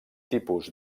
tipus